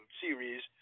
series